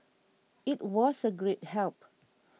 it was a great help